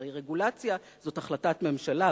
הרי רגולציה זאת החלטת ממשלה,